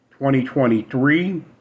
2023